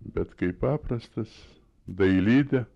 bet kaip paprastas dailidė